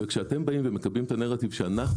כשאתם באים ומקבעים את הנרטיב שאנחנו